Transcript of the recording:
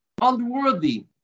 unworthy